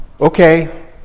okay